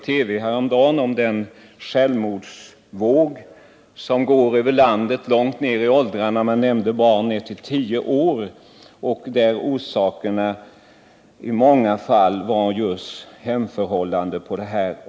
Det gällde en självmordsvåg som går över landet bland unga människor. Man talade t. 0. m. om barn i tioårsåldern. Orsakerna var i många fall hemförhållandena.